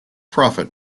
prophet